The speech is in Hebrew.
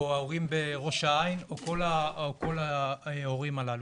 ההורים בראש העין או כל ההורים הללו.